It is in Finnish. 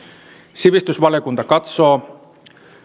sivistysvaliokunta katsoo